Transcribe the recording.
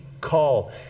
call